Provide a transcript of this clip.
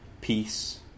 peace